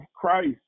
Christ